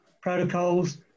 protocols